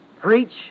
preach